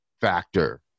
factor